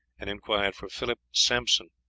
and inquired for philip sampson.